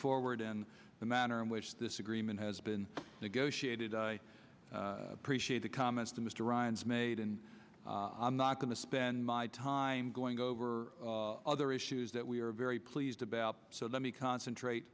forward in the manner in which this agreement has been negotiated i appreciate the comments to mr ryan's made and i'm not going to spend my time going over other issues that we are very pleased about so let me concentrate